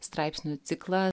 straipsnių ciklą